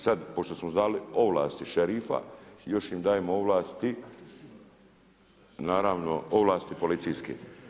Sada pošto smo dali ovlasti šerifa još im dajemo ovlasti naravno ovlasti policijske.